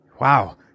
Wow